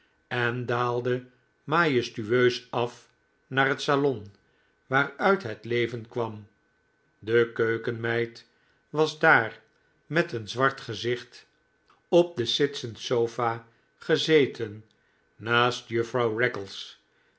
en daalde majestueus af naar het salon waaruit het leven kwam de keukenmeid was daar met een zwart gezicht op de sitsen sofa gezeten naast